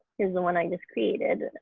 here's the one i just created,